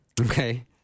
Okay